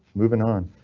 moving on.